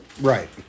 Right